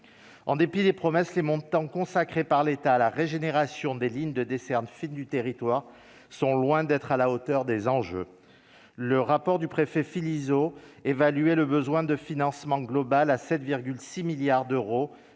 en dépit des promesses les montants consacrés par l'État à la régénération des lignes de desserte fine du territoire sont loin d'être à la hauteur des enjeux, le rapport du préfet Philizot évaluer le besoin de financement global à 7,6 milliards d'euros